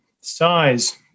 size